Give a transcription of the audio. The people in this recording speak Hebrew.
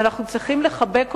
ואנחנו צריכים לחבק אותם,